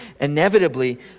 inevitably